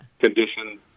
Condition